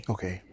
Okay